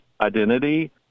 identity